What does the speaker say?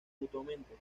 mutuamente